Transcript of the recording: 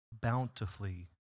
bountifully